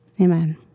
Amen